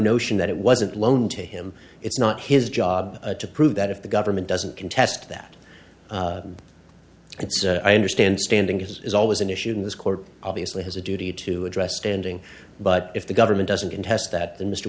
notion that it wasn't loaned to him it's not his job to prove that if the government doesn't contest that and i understand standing is always an issue in this court obviously has a duty to address standing but if the government doesn't contest that the mr